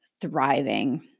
thriving